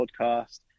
podcast